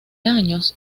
años